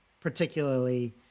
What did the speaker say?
particularly